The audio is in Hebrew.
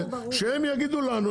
שהם יגידו לנו,